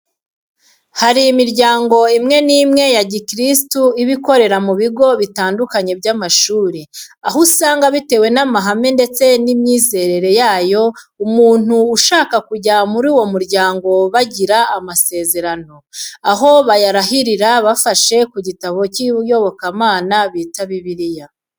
Hari imiryango imwe n'imwe ya gikirisitu iba ikorera mu bigo bitandukanye by'amashuri, aho usanga bitewe n'amahame ndetse n'imyizerere yayo umuntu ushaka kujya muri uwo muryango bagira amasezerano, aho bayarahirira bafashe ku gitabo cy'iyobokamana bita Bibiliya.